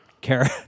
care